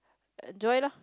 uh dry lor